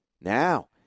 now